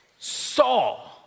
Saw